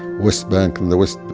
west bank and the west,